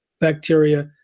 bacteria